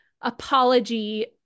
apology